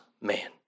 man